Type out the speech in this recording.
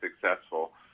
successful